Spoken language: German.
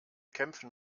kämpfen